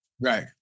Right